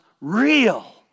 real